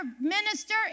minister